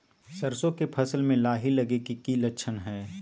सरसों के फसल में लाही लगे कि लक्षण हय?